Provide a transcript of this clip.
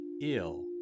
ill